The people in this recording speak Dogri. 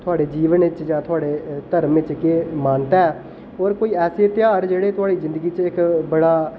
थुआढ़े जीवन च जां थुआढ़े धर्में च केह् मानता ऐ होर कोई ऐसे ध्यार जेह्ड़े तुआढ़ी जिंदगी च इक बड़ा अ